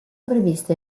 previste